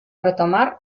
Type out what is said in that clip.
retomar